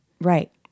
right